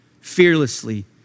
fearlessly